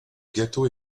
gâteau